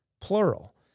plural